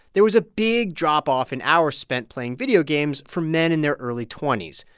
there was a big drop-off in hour spent playing video games for men in their early twenty s.